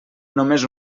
només